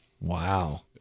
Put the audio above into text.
Wow